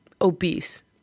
obese